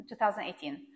2018